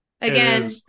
again